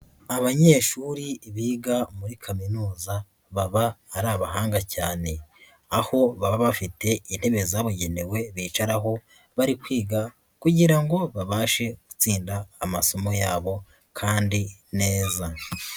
Abanyeshuri biga muri kaminuza, baba ari abahanga cyane. Aho baba bafite intebe zabugenewe bicaraho bari kwiga kugira ngo babashe gutsinda amasomo yabo kandi neza.